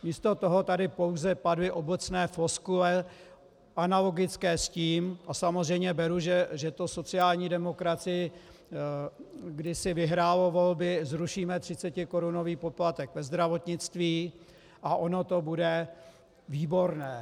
Místo toho tady pouze zazněly obecné floskule, analogické s tím, a samozřejmě beru, že to sociální demokracii kdysi vyhrálo volby zrušíme třicetikorunový poplatek ve zdravotnictví a ono to bude výborné.